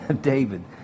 David